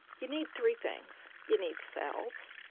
you need three things. you need cells,